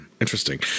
interesting